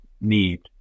need